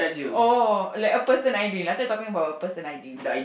oh like a person Aidil I thought you talking about a person Aidil